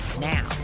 Now